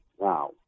now